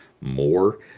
more